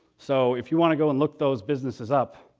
so if you want to go and look those businesses up,